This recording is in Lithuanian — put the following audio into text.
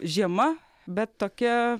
žiema bet tokia